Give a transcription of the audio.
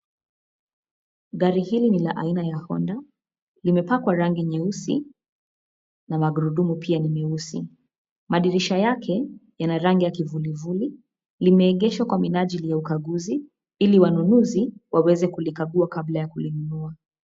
Gari hili ni la aina ya Honda. Limepakwa rangi nyeusi na magurudumu pia ni meusi. Madirisha yake yana rangi ya kivulivuli. Limeegeshwa kwa minajili ya ukaguzi, ili wanunuzi waweze kulikagua kabla ya kununua.